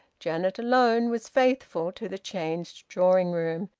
janet alone was faithful to the changed drawing-room,